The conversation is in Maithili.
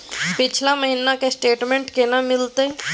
पिछला महीना के स्टेटमेंट केना मिलते?